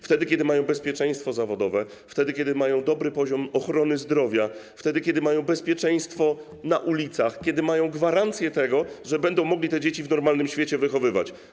Wtedy kiedy mają bezpieczeństwo zawodowe, wtedy kiedy mają dobry poziom ochrony zdrowia, wtedy kiedy mają bezpieczeństwo na ulicach, kiedy mają gwarancję tego, że będą mogli te dzieci w normalnym świecie wychowywać.